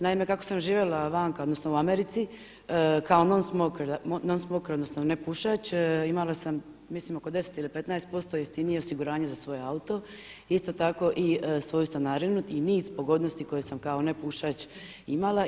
Naime, kako sam živjela vanka, odnosno u Americi, kao non smoker, odnosno nepušač imala sam mislim oko 10 ili 15% jeftinije osiguranje za svoje auto, isto tako i svoju stanarinu i niz pogodnosti koje sam kao nepušač imala.